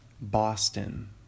Boston